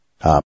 up